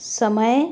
समय